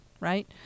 right